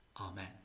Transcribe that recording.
Amen